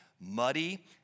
muddy